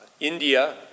India